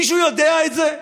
מישהו יודע את זה?